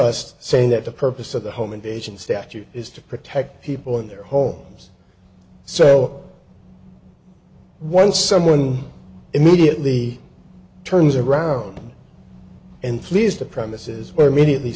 us saying that the purpose of the home invasion statute is to protect people in their homes so once someone immediately turns around and clears the premises were immediately